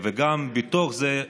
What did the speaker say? וגם מתוך זה,